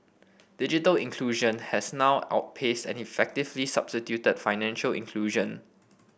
digital inclusion has now outpaced and effectively substituted financial inclusion